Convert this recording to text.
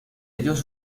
ellos